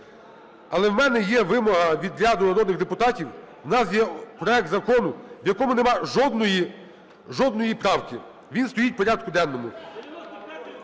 Але в мене є вимога від ряду народних депутатів. В нас є проект закону, в якому нема жодної правки, він стоїть у порядку денному